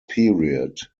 period